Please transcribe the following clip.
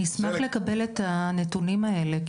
אנחנו נשמח לקבל את הנתונים האלה,